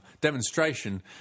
demonstration